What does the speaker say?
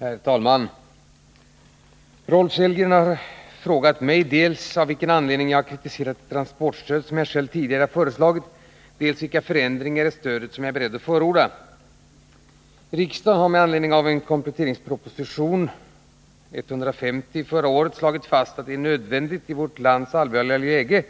Herr talman! Rolf Sellgren har frågat mig dels av vilken anledning jag har kritiserat det transportstöd som jag själv tidigare har föreslagit, dels vilka förändringar i stödet som jag är beredd att förorda. 80:150 slagit fast att det är nödvändigt i vårt lands allvarliga läge